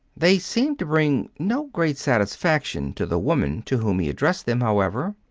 they seemed to bring no great satisfaction to the woman to whom he addressed them, however.